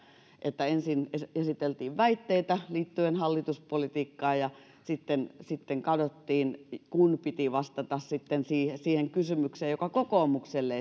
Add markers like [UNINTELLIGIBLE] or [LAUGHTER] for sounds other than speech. että ensin esiteltiin väitteitä liittyen hallituspolitiikkaan ja sitten sitten kadottiin kun piti vastata siihen siihen kysymykseen joka kokoomukselle [UNINTELLIGIBLE]